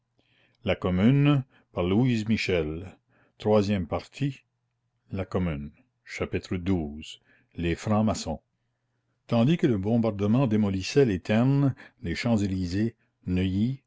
l'armée de la commune les francs-maçons tandis que le bombardement démolissait les ternes les champs-elysées neuilly